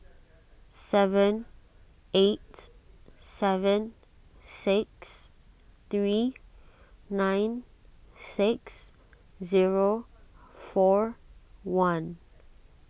seven eight seven six three nine six zero four one